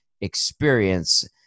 experience